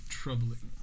troubling